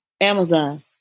Amazon